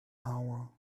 hour